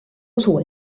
usu